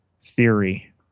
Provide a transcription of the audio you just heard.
theory